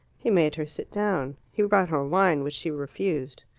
he made her sit down. he brought her wine, which she refused.